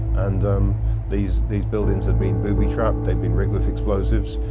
and um these these buildings had been booby-trapped, they'd been rigged with explosives,